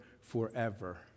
forever